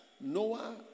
Noah